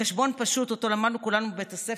חשבון פשוט שלמדנו כולנו בבית הספר,